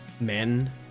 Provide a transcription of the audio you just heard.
men